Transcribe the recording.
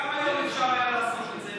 גם היום אפשר היה לעשות את זה.